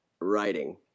writing